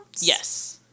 Yes